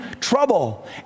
trouble